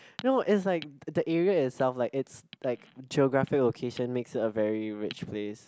no it's like the area itself like it's like geographic occasion makes it a very rich place